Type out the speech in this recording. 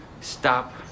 stop